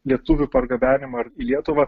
lietuvių pargabenimą į lietuvą